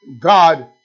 God